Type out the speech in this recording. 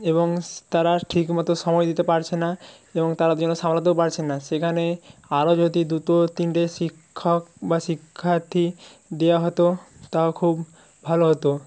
এবং তারা ঠিকমতো সময় দিতে পারছে না এবং তারা দুজনে সামলাতেও পারছেন না সেখানে আরও যদি দুটো তিনটে শিক্ষক বা শিক্ষার্থী দেওয়া হতো তাও খুব ভালো হতো